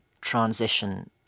transition